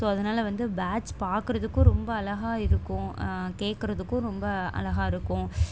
so அதனால வந்து birds பார்க்கறதுக்கும் ரொம்ப அழகா இருக்கும் கேட்குறதுக்கும் ரொம்ப அழகா இருக்கும்